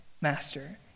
master